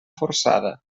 forçada